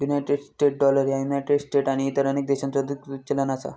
United States dollar ह्या United States आणि इतर अनेक देशांचो अधिकृत चलन असा